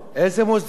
באיזה מוסדות?